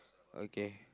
okay